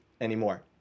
anymore